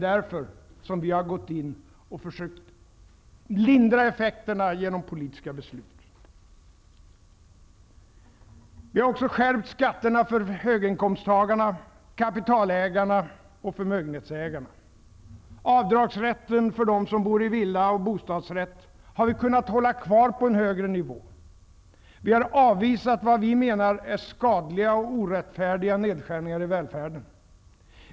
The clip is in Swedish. Därför har vi gått in och försökt lindra effekterna genom politiska beslut. Vi har också skärpt skatterna för höginkomsttagarna, kapitalägarna och förmögenhetsägarna. Avdragsrätten för dem som bor i villa och bostadsrätt har vi kunnat hålla kvar på en högre nivå. Vi har avvisat det som vi menar är skadliga och orättfärdiga nedskärningar i välfärden.